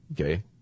Okay